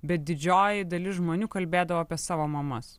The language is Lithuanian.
bet didžioji dalis žmonių kalbėdavo apie savo mamas